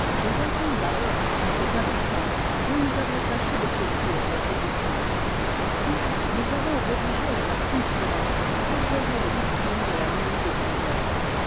et retombe alors dans cette impuissance dont nous avons tâché de flétrir les ridicules aussi nous avons rédigé la maxime suivante pour éclairer les victimes de la manie des grandeurs